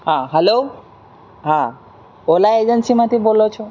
હા હાલો હા ઓલા એજન્સીમાંથી બોલો છો